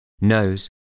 nose